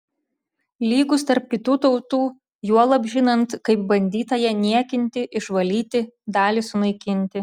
lygūs tarp kitų tautų juolab žinant kaip bandyta ją niekinti išvalyti dalį sunaikinti